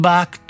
Back